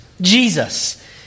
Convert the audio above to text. Jesus